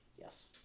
Yes